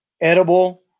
edible